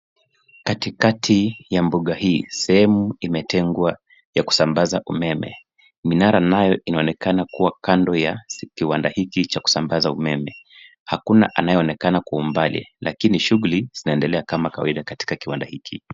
Katikati ya mbuga hii, sehemu imetengwa ya kusambaza umeme minara nayo inaonekana kuwa kando ya kiwanda hicho cha kusambaza umeme. Hakuna anayeonekana kwa umbali, lakini shughuli zinaendelea kama kawaida katika kiwanda hii.